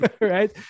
right